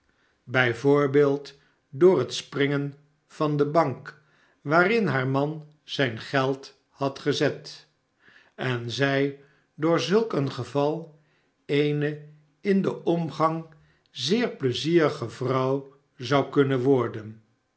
voorbeeld door het springen van de bank waarin haar man zijn geld had gezet en zij door zulk een geval eene in den omgang zeer ple zierige vrouw zou kunnen worden